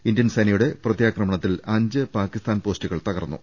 Indian സേന പ്രത്യാ ക്രമണത്തിൽ അഞ്ച് പാക്കിസ്ഥാൻ പോസ്റ്റുകൾ തകർത്തു